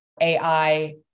AI